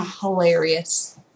Hilarious